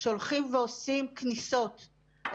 שהולכים ועושים כניסות,